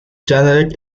generate